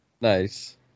Nice